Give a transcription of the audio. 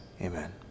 Amen